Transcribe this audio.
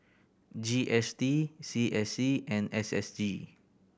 G S T C S C and S S G